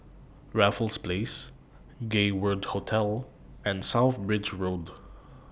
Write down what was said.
Raffles Place Gay World Hotel and South Bridge Road